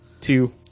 two